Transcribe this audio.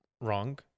wrong